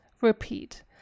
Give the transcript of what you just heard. Repeat